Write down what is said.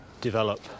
develop